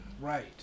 right